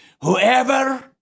Whoever